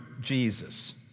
Jesus